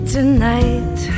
Tonight